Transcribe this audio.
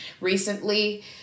recently